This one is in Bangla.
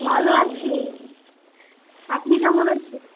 ভালো আছি আপনি কেমন আছেন